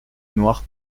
noire